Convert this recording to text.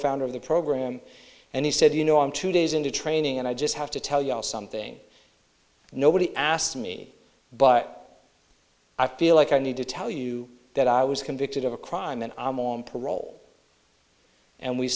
founder of the program and he said you know on two days into training and i just have to tell y'all something nobody asked me but i feel like i need to tell you that i was convicted of a crime and i'm on parole and we